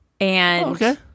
Okay